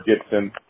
Gibson